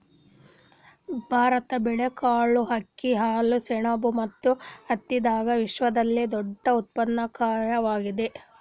ಭಾರತ ಬೇಳೆಕಾಳ್, ಅಕ್ಕಿ, ಹಾಲು, ಸೆಣಬು ಮತ್ತು ಹತ್ತಿದಾಗ ವಿಶ್ವದಲ್ಲೆ ದೊಡ್ಡ ಉತ್ಪಾದಕವಾಗ್ಯಾದ